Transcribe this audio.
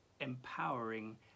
empowering